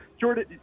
Jordan